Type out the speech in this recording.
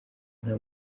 nta